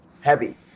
heavy